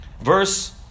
Verse